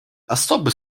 особый